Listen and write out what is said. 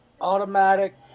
Automatic